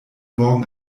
morgen